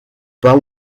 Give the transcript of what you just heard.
pas